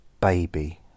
Baby